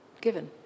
given